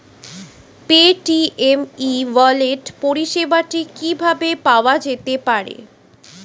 Paytm e wallet পরিষেবাটি কিভাবে পাওয়া যেতে পারে?